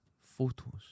photos